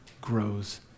grows